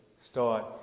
start